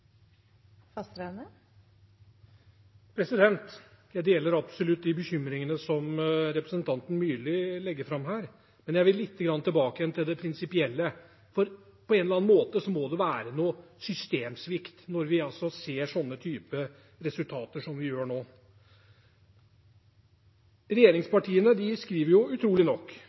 Jeg deler absolutt de bekymringene som representanten Myrli legger fram her, men jeg vil litt tilbake til det prinsipielle. For på en eller annen måte må det være noe systemsvikt når vi ser sånne resultater som vi gjør nå. Regjeringspartiene skriver – utrolig nok: